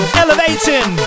elevating